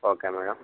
okay madam